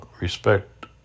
respect